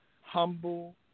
humble